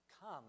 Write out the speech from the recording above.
come